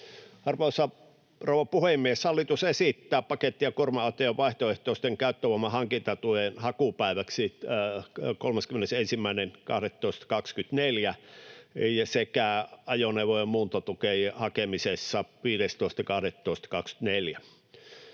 Arvoisa rouva puhemies! Hallitus esittää paketti- ja kuorma-autojen vaihtoehtoisen käyttövoiman hankintatuen hakupäiväksi 31.12.24 sekä ajoneuvojen muuntotuen hakemisessa 15.12.24.